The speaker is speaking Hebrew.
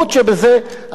אומרים: אתה מוטה,